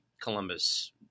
Columbus